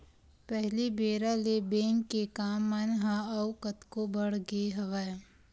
पहिली बेरा ले बेंक के काम मन ह अउ कतको बड़ गे हवय